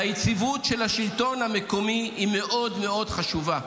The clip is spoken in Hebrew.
היציבות של השלטון המקומי היא מאוד מאוד חשובה,